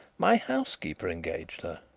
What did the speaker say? my housekeeper engaged her,